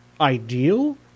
ideal